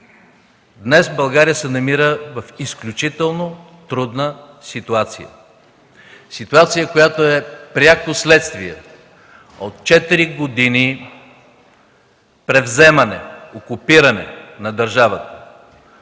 Днес България се намира в изключително трудна ситуация, ситуация, която е пряко следствие от четири години превземане, окупиране на държавата